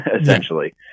essentially